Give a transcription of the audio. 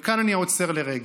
כאן אני עוצר לרגע.